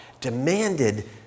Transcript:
demanded